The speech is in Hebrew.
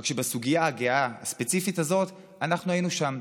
רק שבסוגיה הגאה הספציפית הזאת אנחנו היינו שם,